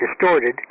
distorted